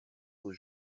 aux